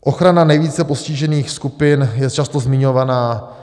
Ochrana nejvíce postižených skupin je často zmiňovaná.